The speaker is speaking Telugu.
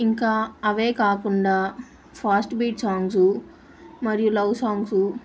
ఇంకా అవే కాకుండా ఫాస్ట్ బీట్ సాంగ్సు మరియు లవ్ సాంగ్సు